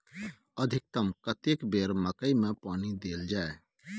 अधिकतम कतेक बेर मकई मे पानी देल जाय?